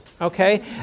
okay